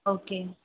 okay